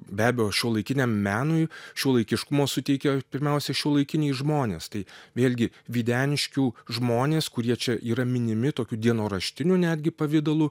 be abejo šiuolaikiniam menui šiuolaikiškumo suteikia pirmiausia šiuolaikiniai žmonės tai vėlgi videniškių žmonės kurie čia yra minimi tokiu dienoraštiniu netgi pavidalu